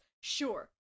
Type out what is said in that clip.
Sure